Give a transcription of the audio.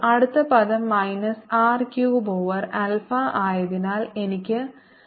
അടുത്ത പദം minus R cube over alpha ആയതിനാൽ എനിക്ക് 1 ഓവർ ആൽഫ ഉണ്ട്